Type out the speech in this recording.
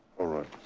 alright,